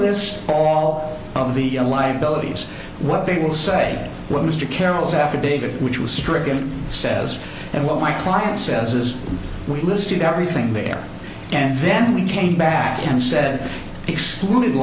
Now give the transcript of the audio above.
list all of the liabilities what they will say when mr carroll's affidavit which was stricken says and well my client says as we listed everything there and then we came back and said excluded